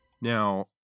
Now